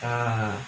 ah